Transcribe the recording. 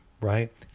right